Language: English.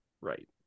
right